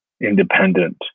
independent